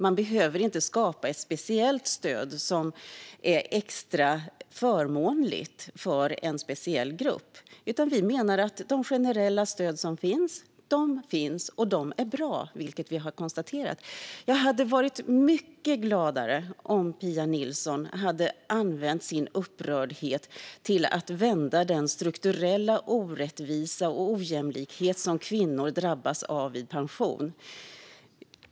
Man behöver inte skapa ett speciellt stöd som är extra förmånligt för en speciell grupp, utan vi menar att de generella stöd som finns är bra. Jag hade varit mycket gladare om Pia Nilsson hade använt sin upprördhet till att vända den strukturella orättvisa och ojämlikhet som kvinnor drabbas av vid pension.